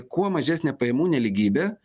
kuo mažesnė pajamų nelygybė